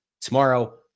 Tomorrow